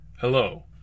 Hello